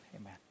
amen